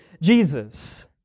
Jesus